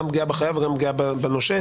גם פגיעה בחייב וגם פגיעה בנושה.